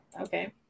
Okay